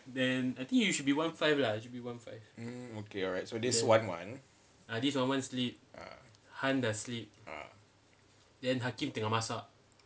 mm okay alright so this wan one ah ah